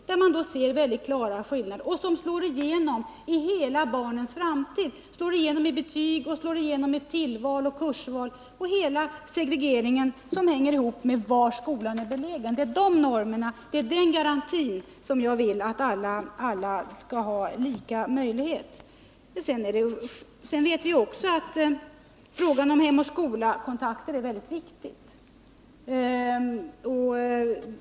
Där ser man emellertid klara skillnader, som slår igenom i barnens hela framtid, i betyg, i tillval och kurser och i hela segregeringen, som hänger ihop med var skolan är belägen. Det är den garantin som jag vill att alla skall ha lika stora möjligheter att få. Sedan vet vi också att frågan om Hem och skola-kontakter är mycket viktig.